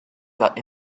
got